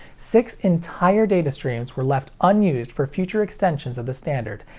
six entire data streams were left unused for future extensions of the standard.